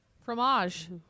Fromage